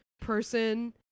person